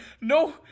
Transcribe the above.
No